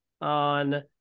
on